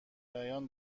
بیان